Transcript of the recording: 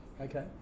Okay